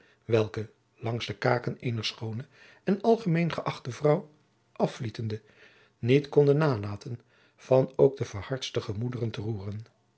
welke langs de kaken eener schoone en algemeen geachtte vrouw afvlietende niet konden nalaten van ook de verhardste gemoejacob van lennep de pleegzoon deren te roeren